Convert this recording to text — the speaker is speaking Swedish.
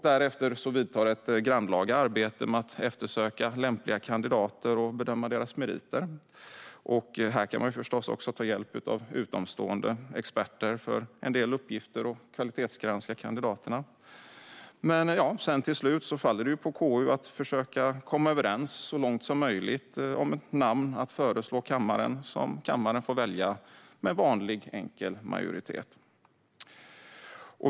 Därefter vidtar ett grannlaga arbete att välja lämpliga kandidater och bedöma deras meriter. Här kan man förstås också ta hjälp av utomstående experter som kan kvalitetsgranska kandidaterna. Till slut faller det på KU att försöka komma överens så långt det är möjligt om ett namn att föreslå kammaren som kammaren kan välja med vanlig enkel majoritet.